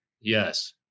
Yes